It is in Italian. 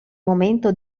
momento